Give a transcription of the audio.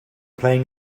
playing